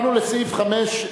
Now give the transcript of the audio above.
לסעיף 5,